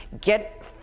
get